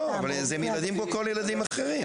אבל זה ילדים כמו כל ילדים אחרים.